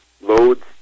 loads